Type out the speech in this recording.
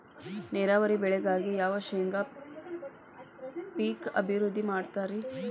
ನೇರಾವರಿ ಬೆಳೆಗಾಗಿ ಯಾವ ಶೇಂಗಾ ಪೇಕ್ ಅಭಿವೃದ್ಧಿ ಮಾಡತಾರ ರಿ?